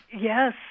Yes